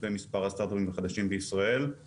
שמתרחשת החל משנת 2017,